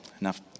Enough